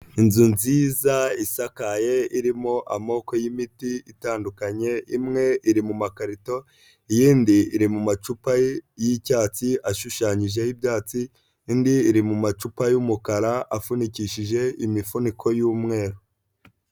Inzu nziza isakaye irimo amoko y'imiti itandukanye, imwe iri mu makarito iy'indi iri mu macupa y'icyatsi ashushanyijeho ibyatsi, indi iri mu macupa y'umukara afunikishije imifuniko y'umweru.